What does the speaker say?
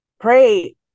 pray